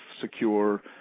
secure